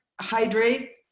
hydrate